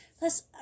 Plus